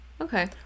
okay